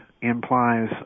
implies